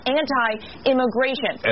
anti-immigration